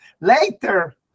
Later